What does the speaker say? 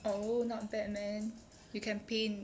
oh not bad man you can paint